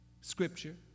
scripture